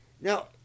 Now